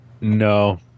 no